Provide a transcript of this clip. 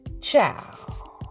Ciao